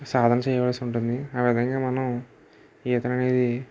సాధన చేయవలసి ఉంటుంది ఆ విధంగా మనం ఈత అనేది